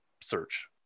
search